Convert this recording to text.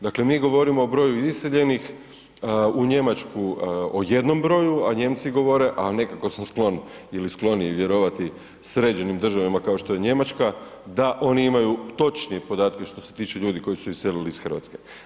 Dakle, mi govorimo o broju iseljenih u Njemačku o jednom broju, a Njemci govore, a nekako sam sklon ili skloniji vjerovati sređenim državama kao što je Njemačka da oni imaju točnije podatke što se tiče ljudi koji su iselili iz Hrvatske.